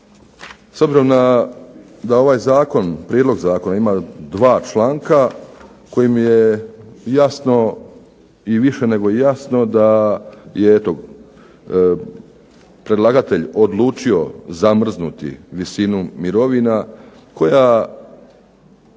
S obzirom da ovaj Prijedlog zakona ima dva članka kojima je više nego jasno da je predlagatelj odlučio zamrznuti visinu mirovina koja je